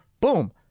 boom